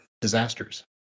disasters